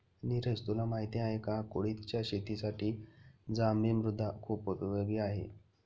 निरज तुला माहिती आहे का? कुळिथच्या शेतीसाठी जांभी मृदा खुप उपयोगी आहे